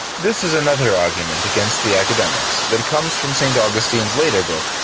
this is another argument against the academics that comes from st. augustine's later book,